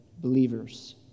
Believers